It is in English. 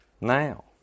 now